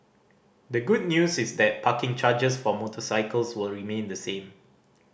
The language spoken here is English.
the good news is that parking charges for motorcycles will remain the same